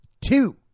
two